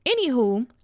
anywho